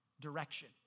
direction